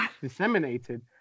disseminated